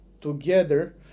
together